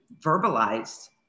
verbalized